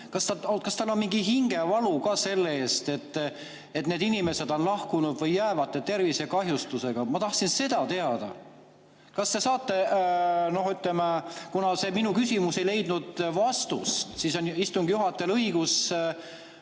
Kas tal on mingi hingevalu ka selle pärast, et need inimesed on lahkunud või jäävate tervisekahjustustega? Ma tahtsin seda teada. Kas te saate ... Ütleme, kuna mu küsimus ei leidnud vastust, siis on istungi juhatajal õigus